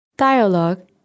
Dialogue